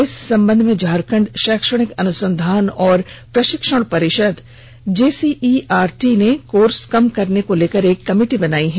इस संबंध में झारखंड शैक्षणिक अनुसंधान और प्रशिक्षण परिषद जेसीइआरटी ने कोर्स कम करने को लेकर एक कमेटी बनायी है